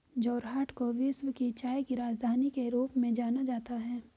जोरहाट को विश्व की चाय की राजधानी के रूप में जाना जाता है